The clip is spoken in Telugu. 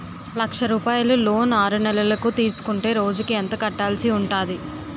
లక్ష రూపాయలు లోన్ ఆరునెలల కు తీసుకుంటే రోజుకి ఎంత కట్టాల్సి ఉంటాది?